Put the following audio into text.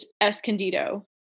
Escondido